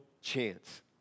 chance